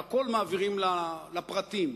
שהכול מעבירים לפרטים,